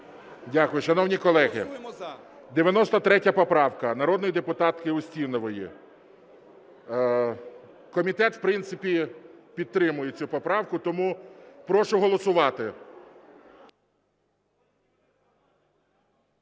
Дякую. Шановні колеги, 93 поправка народної депутатки Устінової. Комітет, в принципі, підтримує цю поправку. Тому прошу голосувати.